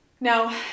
Now